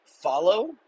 follow